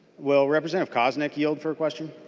will representative koznick you for a question?